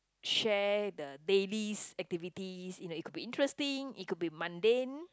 share the dailies activities you know it could be interesting it could be mundane